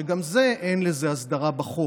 שגם לזה אין הסדרה בחוק,